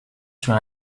sur